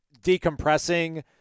decompressing